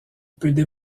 peut